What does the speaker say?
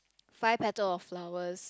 five petal of flowers